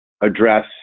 address